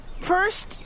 first